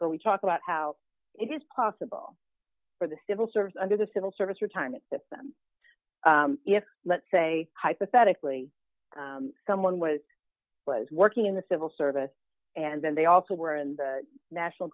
where we talk about how it is possible for the civil service under the civil service retirement system if let's say hypothetically someone was was working in the civil service and then they also were in the national